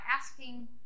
asking